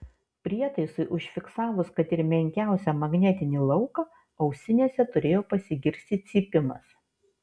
prietaisui užfiksavus kad ir menkiausią magnetinį lauką ausinėse turėjo pasigirsti cypimas